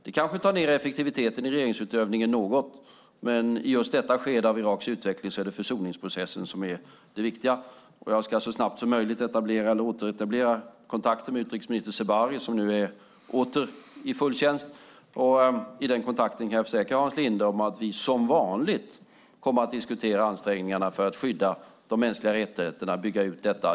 Det kanske tar ned effektiviteten i regeringsutövningen något, men i just detta skede av Iraks utveckling är det försoningsprocessen som är det viktiga. Jag ska så snabbt som möjligt återetablera kontakten med utrikesminister Zebari som nu åter är i full tjänst. Jag kan försäkra Hans Linde om att vi i den kontakten, som vanligt, kommer att diskutera ansträngningarna för att skydda de mänskliga rättigheterna och bygga ut detta.